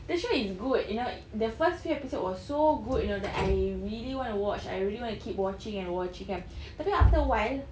the show is good you know the first few episodes was so good you know that I really want to watch I really want to keep watching and watching kan tapi after awhile